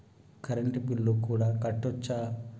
Current bill కూడా కట్టొచ్చా?